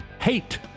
Hate